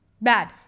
Bad